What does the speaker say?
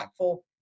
impactful